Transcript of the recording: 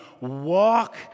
walk